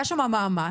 היה שם מאמץ,